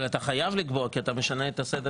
אבל אתה חייב לקבוע כי אתה משנה את סדר